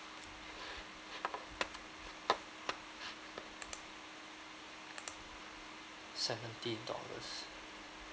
seventy dollars